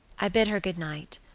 i bid her good night,